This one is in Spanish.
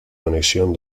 conexión